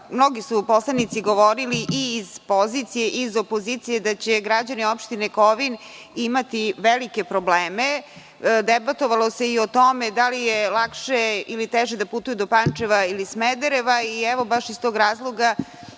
mnogi poslanici govorili i iz pozicije i iz opozicije da će građani opštine Kovin imati velike probleme. Pričalo se i o tome da li je lakše ili teže da putuju do Pančeva, ili Smedereva i baš iz tog razloga